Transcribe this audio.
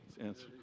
answer